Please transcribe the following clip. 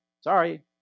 Sorry